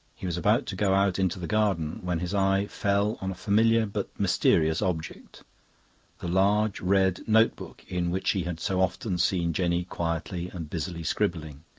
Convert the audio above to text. he was about to go out into the garden when his eye fell on a familiar but mysterious object the large red notebook in which he had so often seen jenny quietly and busily scribbling.